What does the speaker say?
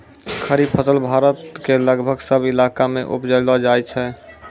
खरीफ फसल भारत के लगभग सब इलाका मॅ उपजैलो जाय छै